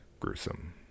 gruesome